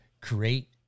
create